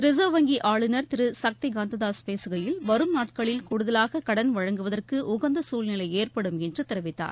reserve வங்கி ஆளுநர் Thiru Shaktikanta Das பேசுகையில் வரும் நாட்களில் கூடுதலாக கடன் வழங்குவதற்கு உகந்த சூழ்நிலை ஏற்படும் என்று தெரிவித்தார்